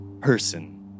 person